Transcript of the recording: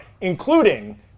including